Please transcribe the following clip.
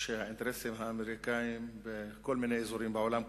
שהאינטרסים האמריקניים ושל כל מיני אזורים בעולם,